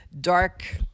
dark